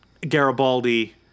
Garibaldi